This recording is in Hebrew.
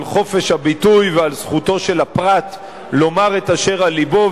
חופש הביטוי ועל זכותו של הפרט לומר את אשר על לבו,